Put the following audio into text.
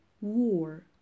war